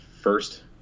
first